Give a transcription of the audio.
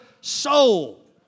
soul